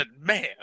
man